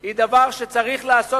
היא דבר שצריך לעשות,